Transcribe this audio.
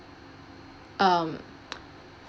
um